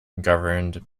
governed